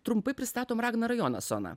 trumpai pristatom ragnarą jonasoną